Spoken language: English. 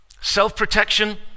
Self-protection